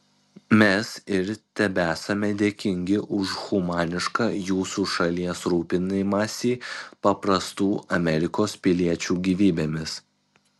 mes ir tebesame dėkingi už humanišką jūsų šalies rūpinimąsi paprastų amerikos piliečių gyvybėmis